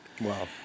Wow